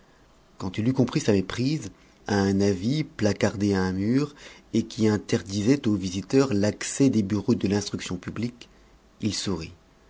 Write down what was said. quand il eut compris sa méprise à un avis placardé à un mur et qui interdisait aux visiteurs d'accès des bureaux de l'instruction publique il sourit